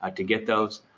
ah to get those.